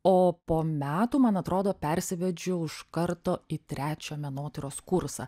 o po metų man atrodo persivedžiau iš karto į trečią menotyros kursą